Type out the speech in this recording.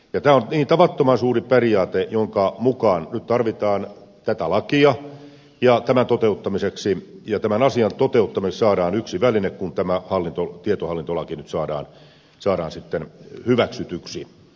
tämä on tavattoman suuri periaate jonka vuoksi nyt tarvitaan tätä lakia ja tämän asian toteuttamiseksi saadaan yksi väline kun tämä tietohallintolaki nyt saadaan sitten hyväksytyksi